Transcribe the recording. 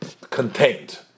contained